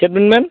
ᱪᱮᱫ ᱵᱤᱱ ᱢᱮᱱ